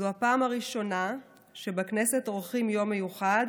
זו הפעם הראשונה שבכנסת עורכים יום מיוחד